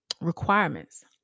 requirements